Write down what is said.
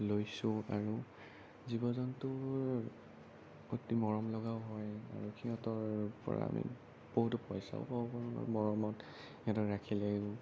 লৈছোঁ আৰু জীৱ জন্তু অতি মৰম লগাও হয় আৰু সিহঁতৰ পৰা আমি বহুতো পইচাও পাব পাৰোঁ মৰমত সিহঁতক ৰাখিলে